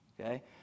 Okay